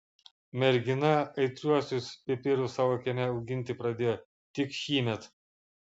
mergina aitriuosius pipirus savo kieme auginti pradėjo tik šįmet